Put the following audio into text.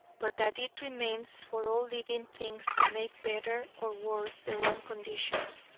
but that it remains for all living things to make better or worse their own conditions.